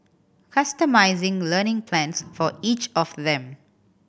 customising learning plans for each of them